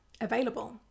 available